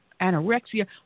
anorexia